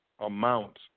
amount